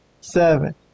seven